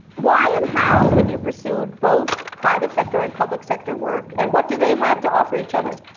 why and how have you pursued both private sector and public sector work, and what do they have to offer each other?